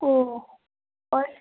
اوہ اور